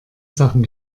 sachen